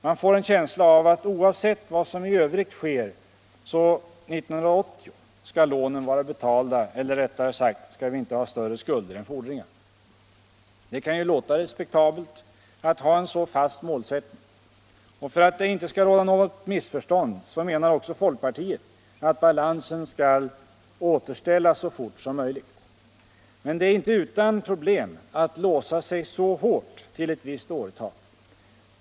Man får en känsla av att oavsett vad som i övrigt sker så skall lånen vara betalda 1980 — eller rättare sagt skall vi då inte ha större skulder än fordringar. Det kan ju låta respektabelt att ha en så fast målsättning. Och för att det inte skall råda något missförstånd vill jag säga att också folkpartiet menar att balansen skall återställas så fort som möjligt. Men det är inte utan problem att låsa sig så hårt till ett visst årtal.